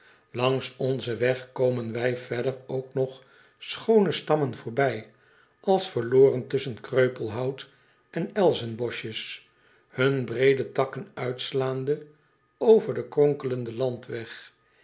angs onzen weg komen wij verder ook nog schoone stammen voorbij als verloren tusschen kreupelhout en elzenboschjes hun breede takken uitslaande over den kronkelenden landweg